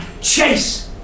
Chase